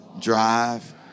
drive